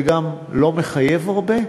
זה גם לא מחייב הרבה.